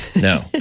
no